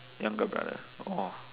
younger brother !wah!